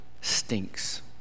stinks